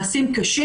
מעשים קשים.